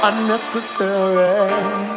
Unnecessary